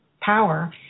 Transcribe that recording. power